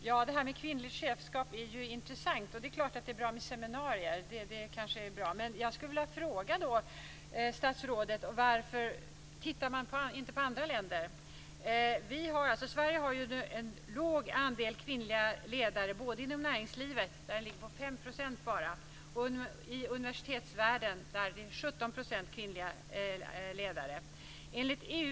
Fru talman! Frågan om kvinnligt chefskap är intressant. Det är kanske bra med seminarier, men jag skulle vilja fråga statsrådet varför man inte tittar på andra länder. Sverige har en låg andel kvinnliga ledare, både inom näringslivet - bara 5 %- och inom universitetsvärlden, där vi har 17 % kvinnliga ledare.